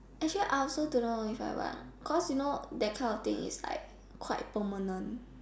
actually I also don't know if I want cause you know that kind of thing is like quite permanent